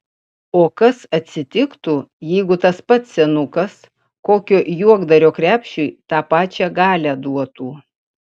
o kas atsitiktų jeigu tas pats senukas kokio juokdario krepšiui tą pačią galią duotų